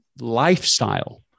lifestyle